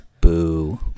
Boo